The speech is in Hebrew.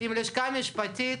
פייק, הכול פייק.